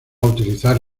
utilizar